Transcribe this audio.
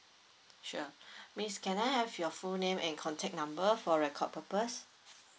sure miss can I have your full name and contact number for record purpose